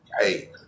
hey